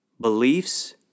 Beliefs